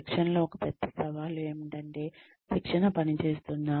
శిక్షణలో ఒక పెద్ద సవాలు ఏమిటంటే శిక్షణ పని చేస్తుందా